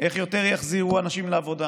איך יחזירו יותר אנשים לעבודה,